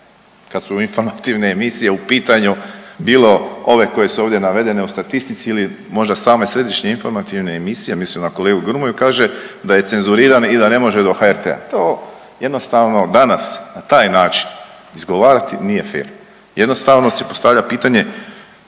kad su informativne emisije u pitanju bilo ove koje su ovdje navedene u statistici ili možda same središnje informativne emisije, mislim na kolegu Grmoju, kaže da je cenzuriran i da ne može do HRT-a. To jednostavno danas na taj način izgovarati nije fer, jednostavno se postavlja pitanje